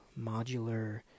modular